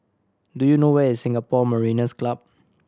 do you know where is Singapore Mariners' Club